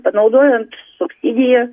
panaudojant subsidijas